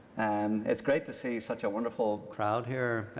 and it's great to see such a wonderful crowd here.